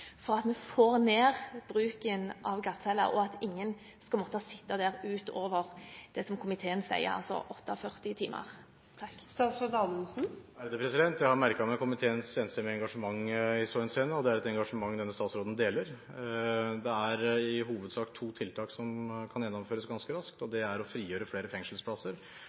for at vi får ned bruken av glattcelle, og for at ingen skal måtte sitte der utover det som komiteen sier, altså 48 timer. Jeg har merket meg komiteens enstemmige engasjement i så henseende, og det er et engasjement denne statsråden deler. Det er i hovedsak to tiltak som kan gjennomføres ganske raskt. Det ene er å frigjøre flere fengselsplasser,